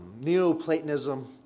Neoplatonism